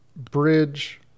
bridge